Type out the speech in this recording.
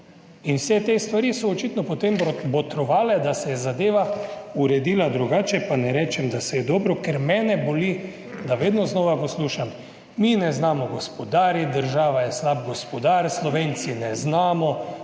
In vse te stvari so očitno potem botrovale, da se je zadeva uredila. Drugače pa ne rečem, da saj je dobro, ker mene boli, da vedno znova poslušam, mi ne znamo gospodariti, država je slab gospodar, Slovenci ne znamo